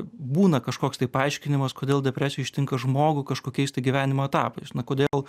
būna kažkoks tai paaiškinimas kodėl depresija ištinka žmogų kažkokiais tai gyvenimo etapais na kodėl